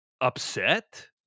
upset